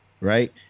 Right